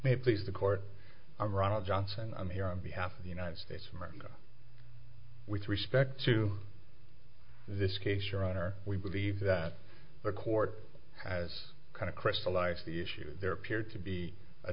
may please the court i'm ron johnson i'm here on behalf of the united states of america with respect to this case your honor we believe that the court has kind of crystallized the issue there appeared to be a